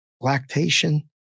Lactation